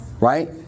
Right